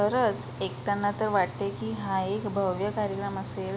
खरंच ऐकताना तर वाटते की हा एक भव्य कार्यक्रम असेल